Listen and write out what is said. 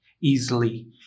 easily